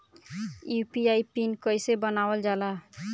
UPI pin कइसे बनावल जाला?